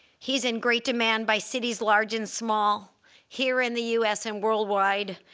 he's in great demand by cities large and small here in the us and worldwide,